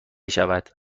شود